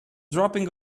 dropping